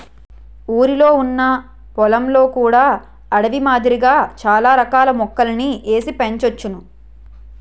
ఊరిలొ ఉన్న పొలంలో కూడా అడవి మాదిరిగా చాల రకాల మొక్కలని ఏసి పెంచోచ్చును